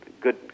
good